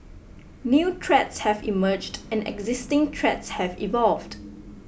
new threats have emerged and existing threats have evolved